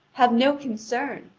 have no concern,